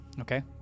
okay